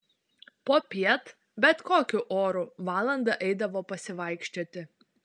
popiet bet kokiu oru valandą eidavo pasivaikščioti